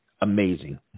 amazing